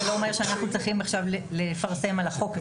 זה לא אומר שאנחנו צריכים עכשיו לפרסם את החוק.